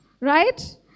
right